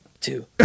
two